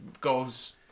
goes